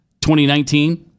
2019